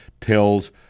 tells